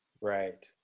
Right